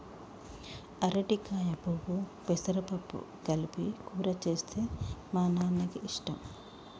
అరటికాయ పువ్వు పెసరపప్పు కలిపి కూర చేస్తే మా నాన్నకి ఇష్టం